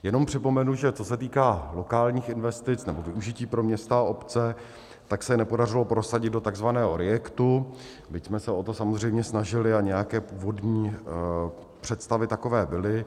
Jenom připomenu, že co se týká lokálních investic, nebo využití pro města a obce, tak se je nepodařilo prosadit do takzvaného REACTu, byť jsme se o to samozřejmě snažili a nějaké původní představy takové byly.